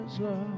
love